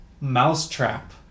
Mousetrap